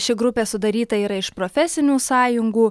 ši grupė sudaryta yra iš profesinių sąjungų